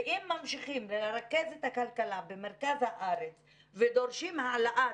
ואם ממשיכים לרכז את הכלכלה בארץ ודורשים העלאת